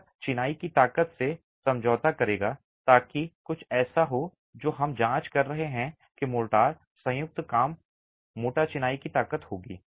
यह चिनाई की ताकत से समझौता करेगा ताकि कुछ ऐसा हो जो हम जांच कर रहे हैं कि मोर्टार संयुक्त कम मोटा चिनाई की ताकत होगी